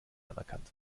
anerkannt